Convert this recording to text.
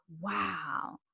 wow